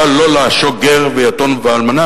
בא לא לעשוק גר ויתום ואלמנה,